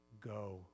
go